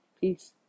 Peace